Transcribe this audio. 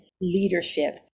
leadership